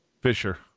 Fisher